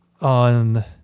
on